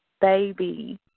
baby